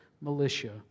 militia